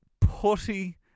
Putty